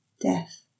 death